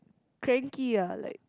cranky ah like